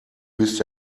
bist